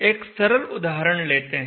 एक सरल उदहारण लेते हैं